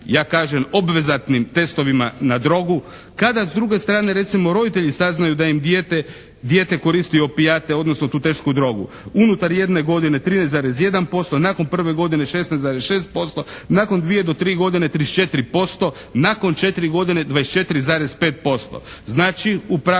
Ja kažem obvezatnim testovima na drogu. Kada s druge strane recimo roditelji saznaju da im dijete koristi opijate, odnosno tu tešku drogu? Unutar jedne godine 13,1%, nakon prve godine 16,6%, nakon dvije do tri godine 34%, nakon 4 godine 24,5%. Znači u pravilu